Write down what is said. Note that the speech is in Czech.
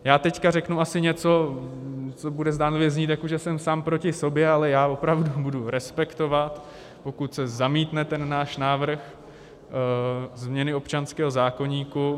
Já teď řeknu asi něco, co bude zdánlivě znít, jako že jsem sám proti sobě, ale já opravdu budu respektovat, pokud se zamítne náš návrh změny občanského zákoníku.